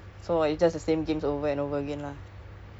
why you never upgrade P_S four